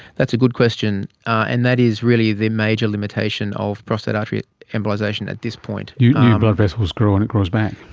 that's a good question, and that is really the major limitation of prostate artery embolisation at this point. new you know blood vessels grow and it grows back.